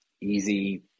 easy